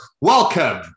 welcome